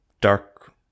dark